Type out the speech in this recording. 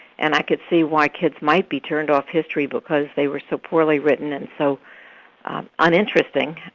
and i could see why kids might be turned off history because they were so poorly written and so uninteresting.